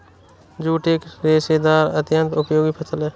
jute एक रेशेदार अत्यन्त उपयोगी फसल है